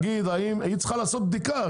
היא לעשות בדיקה.